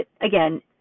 again